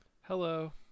Hello